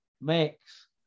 mix